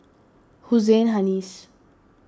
Hussein Haniff